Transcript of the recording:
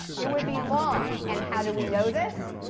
it would be long. and how do we know this?